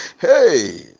hey